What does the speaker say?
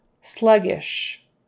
Sluggish